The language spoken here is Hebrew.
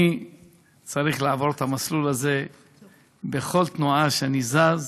אני צריך לעבור את המסלול הזה בכל תנועה שאני זז,